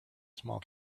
small